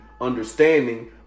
understanding